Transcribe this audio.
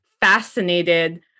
fascinated